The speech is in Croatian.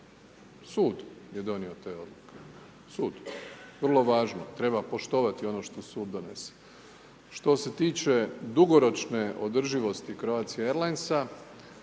Sud je donio te odluke. Sud. Vrlo važno, treba poštovani ono što sud donese. Što se tiče dugoročne održivosti Croatie Airlinesa,